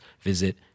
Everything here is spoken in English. visit